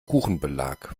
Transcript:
kuchenbelag